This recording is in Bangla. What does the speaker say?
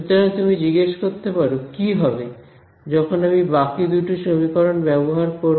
সুতরাং তুমি জিজ্ঞেস করতে পারো কি হবে যখন আমি বাকি দুটি সমীকরণ ব্যবহার করব